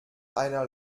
einer